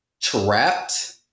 trapped